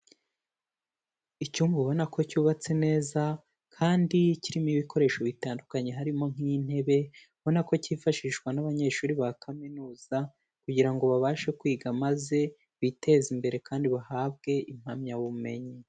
Icyumba ubona ko cyubatse neza kandi kirimo ibikoresho bitandukanye harimo nk'intebe, ubona ko cyifashishwa n'abanyeshuri ba kaminuza, kugira ngo babashe kwiga maze, biteze imbere kandi bahabwe impamyabumenyi.